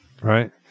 right